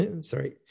sorry